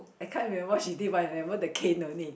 I can't remember she did but remember the cane only